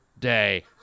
day